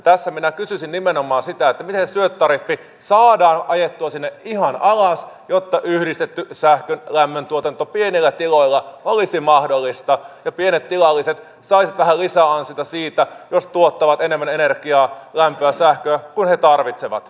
tässä minä kysyisin nimenomaan siitä miten se syöttötariffi saadaan ajettua sinne ihan alas jotta yhdistetty sähkön ja lämmöntuotanto pienillä tiloilla olisi mahdollista ja pienet tilalliset saisivat vähän lisäansiota siitä jos tuottavat enemmän energiaa lämpöä sähköä kuin he tarvitsevat